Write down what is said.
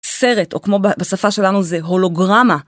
סרט או כמו בשפה שלנו זה הולוגרמה.